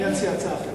אני אציע הצעה אחרת.